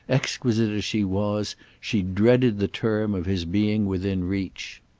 exquisite as she was, she dreaded the term of his being within reach.